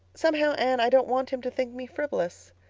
somehow, anne, i don't want him to think me frivolous.